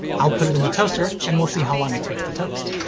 i'll put it in the toaster and we'll see how long it takes to toast.